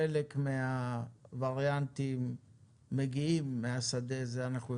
חלק מהווריאנטים מגיעים מהשדה, זה אנחנו יודעים,